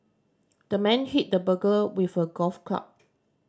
the man hit the burglar with a golf club